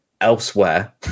elsewhere